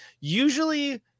usually